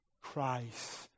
Christ